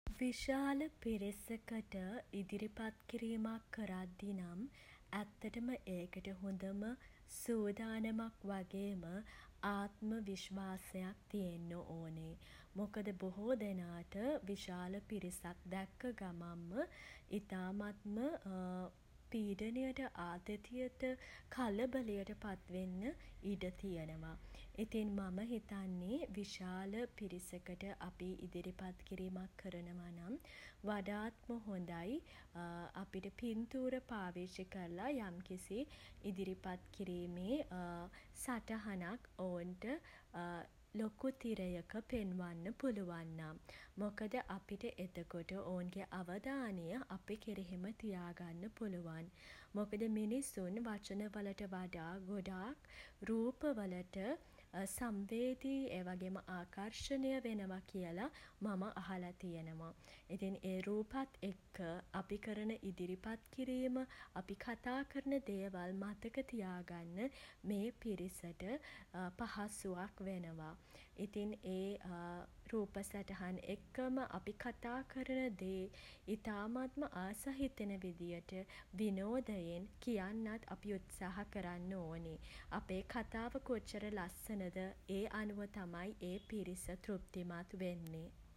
විශාල පිරිසකට ඉදිරිපත් කිරීමක් කරද්දී නම් ඇත්තටම ඒකට හොඳම සූදානමක් වගේම ආත්ම විශ්වාසයක් තියෙන්න ඕනෙ. මොකද බොහෝ දෙනාට විශාල පිරිසක් දැක්ක ගමන්ම ඉතාමත්ම පීඩනයට ආතතියට කලබලයට පත් වෙන්න ඉඩ තියෙනවා. ඉතින් මම හිතන්නේ විශාල පිරිසකට අපි ඉදිරිපත් කිරීමක් කරනවා නම් වඩාත්ම හොඳයි අපිට පින්තූර පාවිච්චි කරලා යම්කිසි ඉදිරිපත් කිරීමේ සටහනක් ඔවුන්ට ලොකු තිරයක පෙන්වන්න පුළුවන් නම්. මොකද අපිට එතකොට ඔවුන්ගේ අවධානය අපි කෙරෙහිම තියාගන්න පුළුවන්. මොකද මිනිසුන් වචන වලට වඩා ගොඩක් රූප වලට සංවේදීයි ඒ වගේම ආකර්ෂණය වෙනවා කියල මම අහල තියෙනවා. ඉතින් ඒ රූපත් එක්ක අපි කරන ඉදිරිපත් කිරීම අපි කතා කරන දේවල් මතක තියාගන්න මේ පිරිසට පහසුවක් වෙනවා. ඉතින් ඒ රූප සටහන් එක්කම අපි කතා කරන දේ ඉතාමත්ම ආස හිතෙන විදියට විනෝදයෙන් කියන්නත් අපි උත්සාහ කරන්න ඕනෙ අපේ කථාව කොච්චර ලස්සන ද ඒ අනුව තමයි ඒ පිරිස තෘප්තිමත් වෙන්නේ.